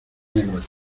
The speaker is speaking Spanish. negros